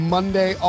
Monday